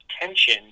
tension